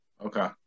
okay